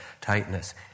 tightness